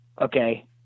Okay